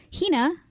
Hina